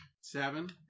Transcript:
Seven